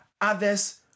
others